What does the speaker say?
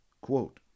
Quote